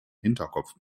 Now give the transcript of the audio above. hinterkopf